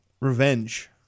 Revenge